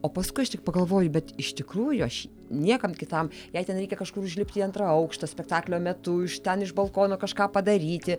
o paskui aš tik pagalvoju bet iš tikrųjų aš niekam kitam jei ten reikia kažkur užlipti į antrą aukštą spektaklio metu už ten iš balkono kažką padaryti